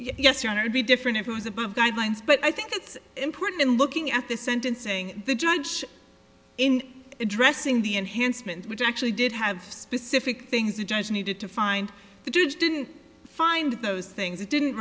e yes your honor be different if it was above guidelines but i think it's important in looking at the sentencing the judge in addressing the enhancement which actually did have specific things the judge needed to find the judge didn't find those things it didn't